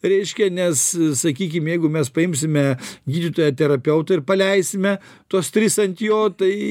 reiškia nes sakykim jeigu mes paimsime gydytoją terapeutą ir paleisime tuos tris ant jo tai